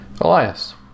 Elias